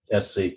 SC